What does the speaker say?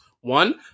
One